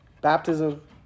Baptism